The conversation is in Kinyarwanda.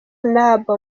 naaba